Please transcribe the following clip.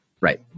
Right